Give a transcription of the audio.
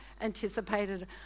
anticipated